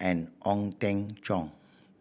and Ong Teng Cheong